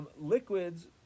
liquids